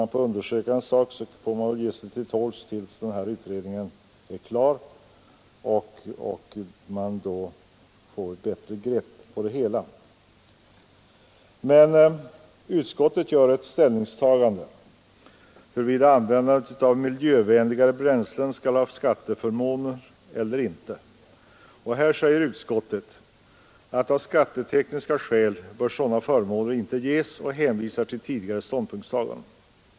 Om frågan håller på att utredas får man ge sig till tåls tills utredningen är klar och man kan få ett bättre grepp på det hela. Utskottet gör ett ställningstagande till frågan huruvida användandet av miljövänligare bränslen skall medföra skatteförmåner eller inte. Utskottet säger att av skattetekniska skäl bör sådana förmåner inte ges och hänvisar till tidigare ståndpunktstaganden.